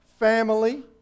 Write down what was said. family